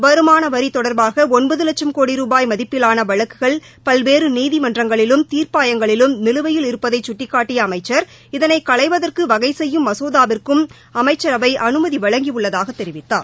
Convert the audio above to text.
வருமானவரிதொடர்பாகஒன்பதுலட்சம் கோடி ரூபாய் மதிப்பிலானவழக்குகள் பல்வேறுநீதிமன்றங்களிலும் தீர்ப்பாயங்களிலும் நிலுவையில் இருப்பதைசுட்டிக்காட்டியஅமைச்சர் இதனைகளைவதற்குவகைசெய்யும் மசோதாவிற்கும் அமைச்சரவைஅனுமதிவழங்கியுள்ளதாகதெரிவித்தார்